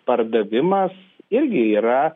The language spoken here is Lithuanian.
pardavimas irgi yra